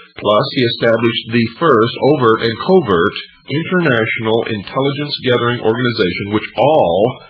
plus, he established the first overt and covert international intelligence gathering organization which all,